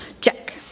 Check